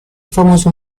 famoso